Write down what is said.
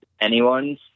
anyone's